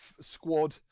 squad